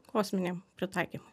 kosminėm pritaikymui